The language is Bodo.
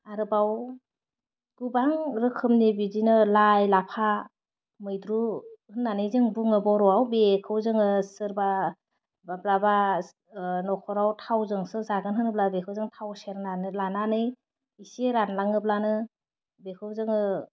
आरोबाव गोबां रोखोमनि बिदिनो लाइ लाफा मैद्रु होननानै जों बुङो बर'वाव बेखौ जोङो सोरबा माब्लाबा नखराव थावजोंसो जागोन होनोब्ला बेखौ जों थाव सेरनानै लानानै एसे रानलाङोब्लानो बेखौ जोङो